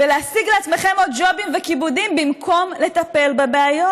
ולהשיג לעצמכם עוד ג'ובים וכיבודים במקום לטפל בבעיות?